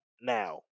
Now